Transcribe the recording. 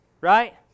Right